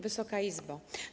Wysoka Izbo!